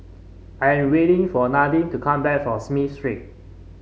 I am waiting for Nadine to come back from Smith Street